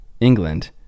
England